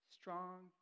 strong